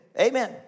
Amen